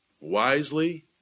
wisely